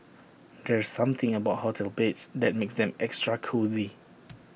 there's something about hotel beds that makes them extra cosy